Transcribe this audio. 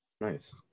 Nice